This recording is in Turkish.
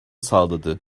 sağladı